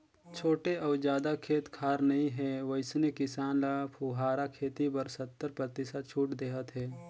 छोटे अउ जादा खेत खार नइ हे वइसने किसान ल फुहारा खेती बर सत्तर परतिसत छूट देहत हे